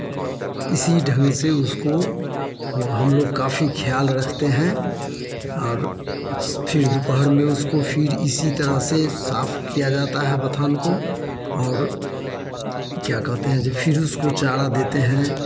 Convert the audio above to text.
इसी ढंग से उसको हम लोग काफ़ी ख़याल रखते हैं और फिर दुपहर में उसको फिर इसी तरह से साफ़ किया जाता है बथान को और क्या कहते हैं जे फिर उसको चारा देते हैं